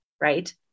right